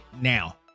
now